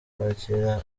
kwakira